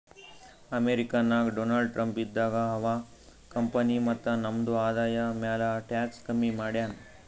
America ನಾಗ್ Donald Trump ಇದ್ದಾಗ ಅವಾ ಕಂಪನಿ ಮತ್ತ ನಮ್ದು ಆದಾಯ ಮ್ಯಾಲ ಟ್ಯಾಕ್ಸ್ ಕಮ್ಮಿ ಮಾಡ್ಯಾನ್